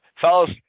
fellas